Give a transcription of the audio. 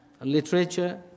literature